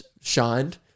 shined